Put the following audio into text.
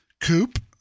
coupe